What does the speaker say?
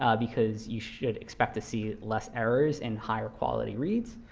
ah because you should expect to see less errors and higher quality reads.